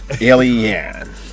Alien